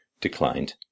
declined